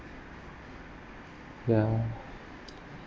ya